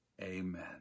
Amen